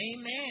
Amen